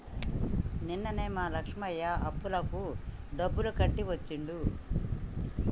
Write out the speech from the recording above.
నిన్ననే మా లక్ష్మయ్య అప్పులకు డబ్బులు కట్టి వచ్చిండు